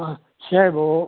ಹಾಂ ಸೇಬು